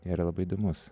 yra labai įdomus